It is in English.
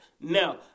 Now